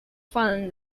fun